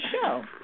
show